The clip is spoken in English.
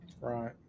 Right